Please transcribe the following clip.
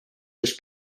this